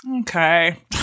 Okay